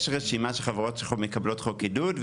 יש רשימה של חברות שמקבלות חוק עידוד,